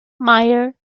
maier